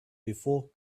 before